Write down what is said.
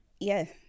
yes